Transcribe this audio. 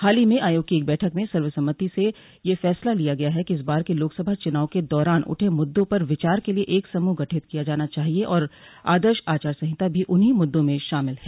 हाल ही में आयोग की एक बैठक में सर्वसम्मति से यह फैसला किया गया कि इस बार के लोकसभा चुनाव के दौरान उठे मुद्दों पर विचार के लिए एक समूह गठित किया जाना चाहिए और आदर्श आचार संहिता भी उन्हीं मुद्दों में शामिल है